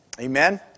Amen